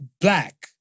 black